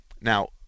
Now